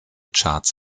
charts